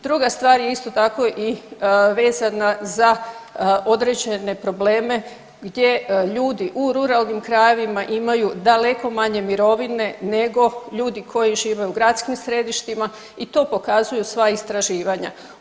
Druga stvar je isto tako i vezana za određene probleme gdje ljudi u ruralnim krajevima imaju daleko manje mirovine nego ljudi koji žive u gradskim središtima i to pokazuju sva istraživanja.